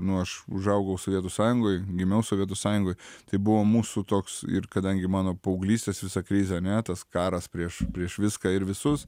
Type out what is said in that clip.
nu aš užaugau sovietų sąjungoj gimiau sovietų sąjungoj tai buvo mūsų toks ir kadangi mano paauglystės visą krizė ane tas karas prieš prieš viską ir visus